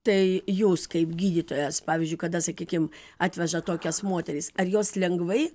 tai jūs kaip gydytojas pavyzdžiui kada sakykim atveža tokias moteris ar jos lengvai